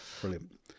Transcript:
brilliant